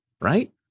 right